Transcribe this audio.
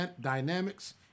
dynamics